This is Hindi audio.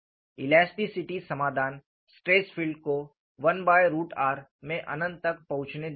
इलास्टिसिटी समाधान स्ट्रेस फील्ड को 1r में अनंत तक पहुंचने देता है